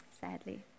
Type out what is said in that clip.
sadly